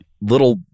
little